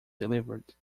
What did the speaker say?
delivered